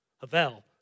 Havel